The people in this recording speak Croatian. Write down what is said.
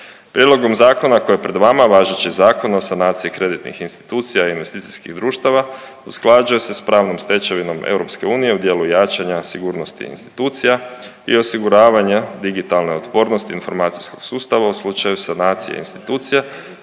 Prijedlogom zakona koji je pred vama, važeći Zakon o sanaciji kreditnih institucija i investicijskih društava usklađuje se s pravnom stečevinom EU u dijelu jačanja sigurnosti institucija i osiguravanja digitalne otpornosti informacijskog sustava u slučaju sanacije institucija,